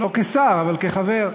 לא כשר אבל כחבר,